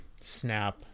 snap